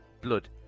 Blood